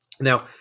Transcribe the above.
now